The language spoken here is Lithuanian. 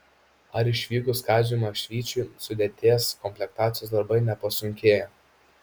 ar išvykus kaziui maksvyčiui sudėties komplektacijos darbai nepasunkėjo